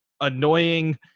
annoying